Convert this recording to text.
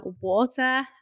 water